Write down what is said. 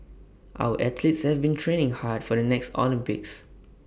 our athletes have been training hard for the next Olympics